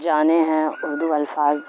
جانے ہیں اردو الفاظ